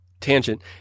Tangent